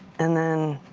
and then,